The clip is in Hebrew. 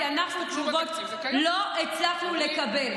כי תשובות לא הצלחנו לקבל.